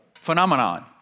phenomenon